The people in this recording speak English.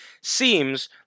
seems